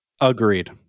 agreed